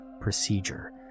procedure